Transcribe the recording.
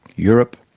europe,